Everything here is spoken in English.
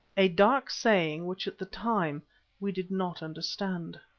a dark saying which at the time we did not understand.